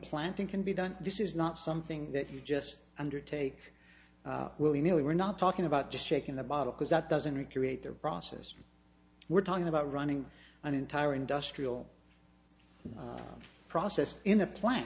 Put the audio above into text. planting can be done this is not something that you just undertake willy nilly we're not talking about just taking the bottle because that doesn't recreate their process we're talking about running an entire industrial process in a plant